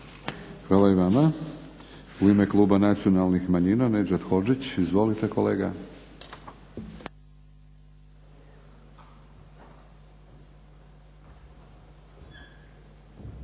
Hvala i vama. U ime Kluba nacionalnih manjina Nedžad Hodžić. Izvolite kolega.